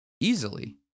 easily